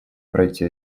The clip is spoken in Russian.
пройти